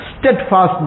steadfastness